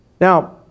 Now